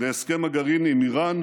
להסכם הגרעין עם איראן,